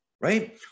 right